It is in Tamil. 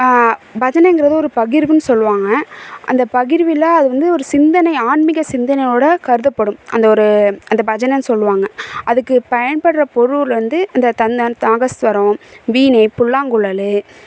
பஜனைங்கிறது ஒரு ஒரு பகிர்வுனு சொல்லுவாங்க அந்த பகிர்வில் அது வந்து ஒரு சிந்தனை ஆன்மீக சிந்தனையோடு கருதப்படும் அந்த ஒரு அந்த பஜனைன்னு சொல்லுவாங்க அதுக்கு பயன்படுற பொருள் வந்து அந்த தந்த நாதஸ்வரம் வீணை புல்லாங்குழல்